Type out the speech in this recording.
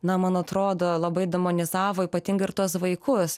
na man atrodo labai demonizavo ypatingai ir tuos vaikus